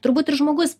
turbūt ir žmogus